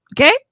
Okay